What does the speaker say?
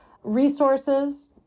Resources